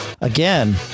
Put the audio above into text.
again